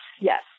yes